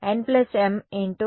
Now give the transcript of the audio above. nm × nm మాతృక పరిమాణం సరే